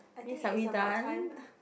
means are we done